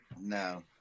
No